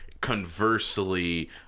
conversely